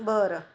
बरं